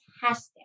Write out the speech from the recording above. fantastic